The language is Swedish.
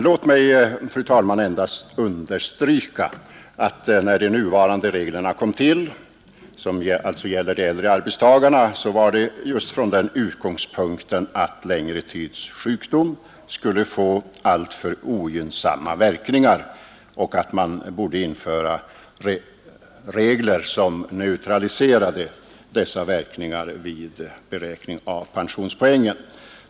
Låt mig, fru talman, endast understryka att när nuvarande regler som gäller de äldre arbetstagarna kom till skedde det just från den utgångspunkten att längre tids sjukdom skulle få alltför ogynnsamma verkningar och att man därför borde införa regler som neutraliserade dessa verkningar vid beräkning av pensionspoängen.